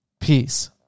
Peace